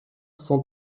cent